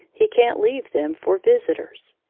he can't leave them for visitors.